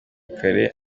kare